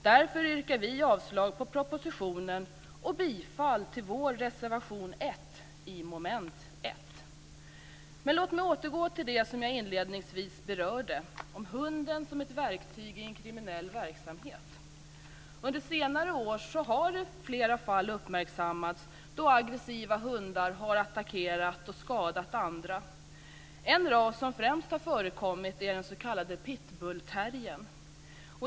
Därför yrkar jag avslag på utskottets hemställan med anledning av propositionen och bifall till vår reservation 1 Men låt mig återgå till det som jag inledningsvis berörde om hunden som ett verktyg i en kriminell verksamhet. Under senare år har flera fall uppmärksammats då aggressiva hundar har attackerat och skadat andra. En ras som främst har förekommit är den s.k. pitbullterriern.